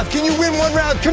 um can you win one round? come